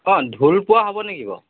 অঁ ঢোল পোৱা হ'ব নেকি বাও